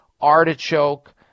artichoke